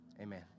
Amen